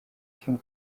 kim